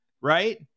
right